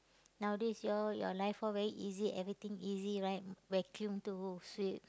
nowadays you all your life all very easy everything easy right m~ vacuum to sweep